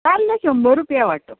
ताल्ले शंबर रुपया वांटो